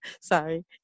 Sorry